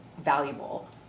valuable